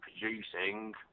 producing